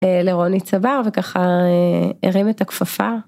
לרוני צבר וככה הרים את הכפפה.